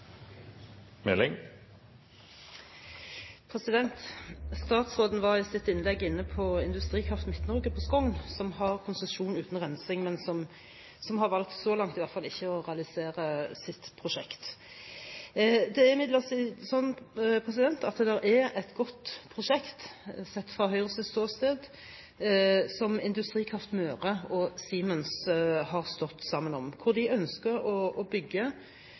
det. Statsråden var i sitt innlegg inne på Industrikraft Midt-Norge på Skogn, som har konsesjon uten rensing, men som så langt, iallfall, har valgt ikke å realisere sitt prosjekt. Det er imidlertid slik at det er et godt prosjekt, sett fra Høyres ståsted, som Industrikraft Møre og Siemens har stått sammen om. De ønsker å bygge